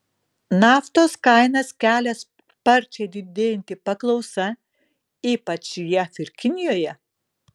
naftos kainas kelia sparčiai didėjanti paklausa ypač jav ir kinijoje